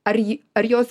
ar ji ar jos